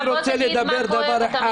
לפעמים זה